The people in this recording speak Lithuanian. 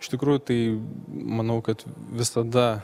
iš tikrųjų tai manau kad visada